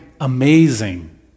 amazing